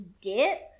dip